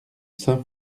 saint